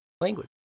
language